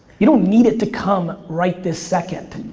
you don't need it to come right this second.